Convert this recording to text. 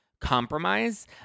compromise